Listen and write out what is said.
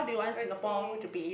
I see